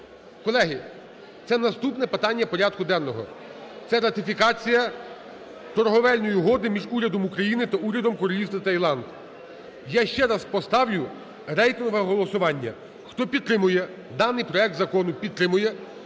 Колеги, це наступне питання порядку денного, це ратифікація Торгівельної угоди між Урядом України та Урядом Королівства Таїланд. Я ще раз поставлю рейтингове голосування. Хто підтримує даний проект закону, підтримує,